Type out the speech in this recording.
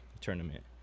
tournament